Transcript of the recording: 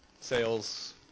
Sales